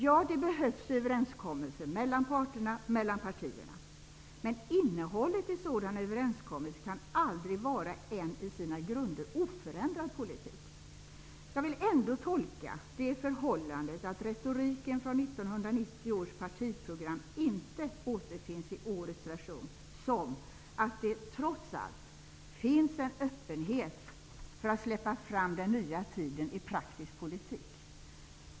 Ja, det behövs överenskommelser mellan parterna och mellan partierna. Men innehållet i sådana överenskommelser kan aldrig vara en i sina grunder oförändrad politik. Jag vill ändå tolka det förhållandet att retoriken från 1990 års partiprogram inte återfinns i årets version som att det, trots allt, finns en öppenhet för att släppa fram den nya tiden i praktisk politik.